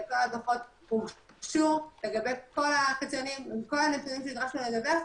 וכל הדוחות הוגשו לגבי כל החציונים עם כל הנתונים שנדרשנו לדווח,